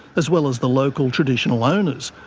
as well as the local traditional owners,